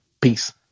Peace